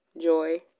joy